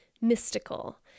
mystical